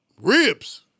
Ribs